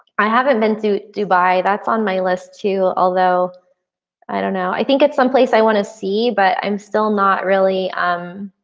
i haven't been to dubai that's on my list too. although i don't know. i think it's someplace i want to see but i'm still not really um